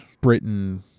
britain